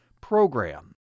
program